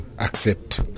accept